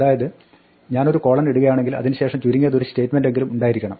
അതായത് ഞാനൊരു കോളൺ ഇടുകയാണെങ്കിൽ അതിന് ശേഷം ചുരുങ്ങിയത് ഒരു സ്റ്റേറ്റ്മെന്റെങ്കലും ഉണ്ടായിരിക്കുണം